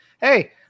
Hey